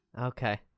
Okay